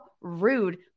rude